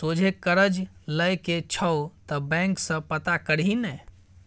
सोझे करज लए के छौ त बैंक सँ पता करही ने